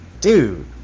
dude